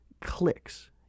clicks